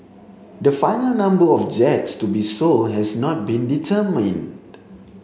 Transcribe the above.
the final number of jets to be sold has not been determined